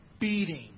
beating